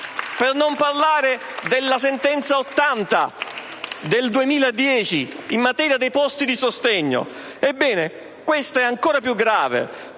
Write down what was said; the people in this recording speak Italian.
Per non parlare della sentenza n. 80 del 2010, in materia di posti di sostegno, che è ancora più grave,